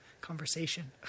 conversation